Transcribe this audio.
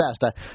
best